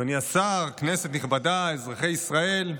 אדוני השר, כנסת נכבדה, אזרחי ישראל,